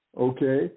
Okay